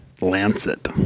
Lancet